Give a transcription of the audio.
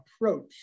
approach